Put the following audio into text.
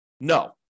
No